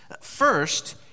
First